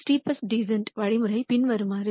எனவே steepest descent வழிமுறை பின்வருமாறு